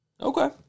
Okay